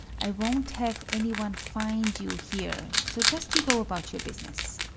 i won't have any one find you here so just you go about your business.